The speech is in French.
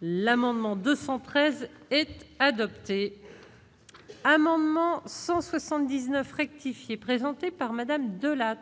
l'amendement 213 et adopté. Amendement 179 rectifié présenté par Madame de la.